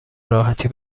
راحتی